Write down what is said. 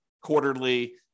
quarterly